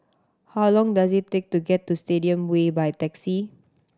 how long does it take to get to Stadium Way by taxi